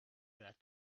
that